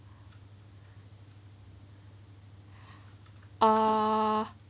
err